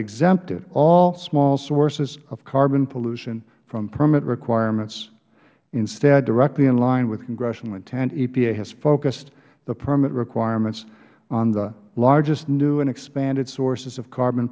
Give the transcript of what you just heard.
exempted all small sources of carbon pollution from permit requirements instead directly in line with congressional intent epa has focused the permit requirements on the largest new and expanded sources of carbon